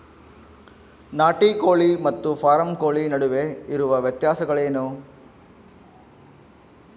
ನಾಟಿ ಕೋಳಿ ಮತ್ತು ಫಾರಂ ಕೋಳಿ ನಡುವೆ ಇರುವ ವ್ಯತ್ಯಾಸಗಳೇನು?